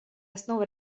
основа